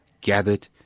gathered